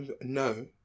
no